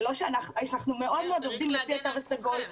אנחנו עובדים לפי התו הסגול,